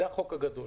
זה החוק הגדול.